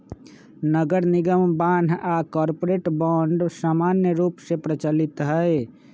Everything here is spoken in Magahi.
नगरनिगम बान्ह आऽ कॉरपोरेट बॉन्ड समान्य रूप से प्रचलित हइ